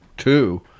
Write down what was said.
two